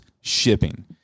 shipping